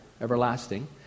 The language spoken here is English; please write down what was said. Everlasting